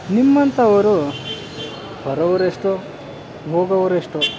ನಿಮ್ಮಂಥವರು ಬರೋವ್ರೆಷ್ಟೊ ಹೋಗೋವ್ರೆಷ್ಟೊ